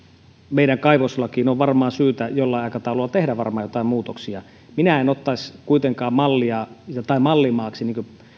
meidän kaivoslakiimme on varmaan syytä jollain aikataululla tehdä joitain muutoksia minä en ottaisi kuitenkaan mallimaaksi